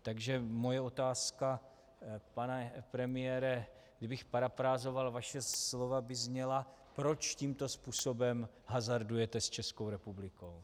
Takže moje otázka, pane premiére, kdybych parafrázoval vaše slova, by zněla: Proč tímto způsobem hazardujete s Českou republikou?